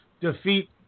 defeat